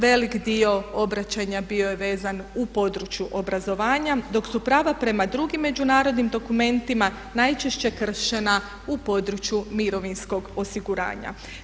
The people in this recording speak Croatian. Velik dio obraćanja bio je vezan u području obrazovanja dok su prava prema drugim međunarodnim dokumentima najčešća kršena u području mirovinskog osiguranja.